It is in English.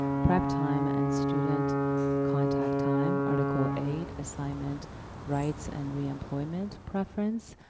prep time, and student contact time. article eight, assignment rights and reemployment preference.